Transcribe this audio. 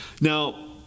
Now